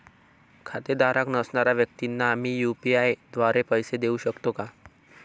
खातेधारक नसणाऱ्या व्यक्तींना मी यू.पी.आय द्वारे पैसे देऊ शकतो का?